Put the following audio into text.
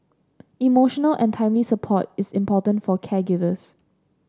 emotional and timely support is important for caregivers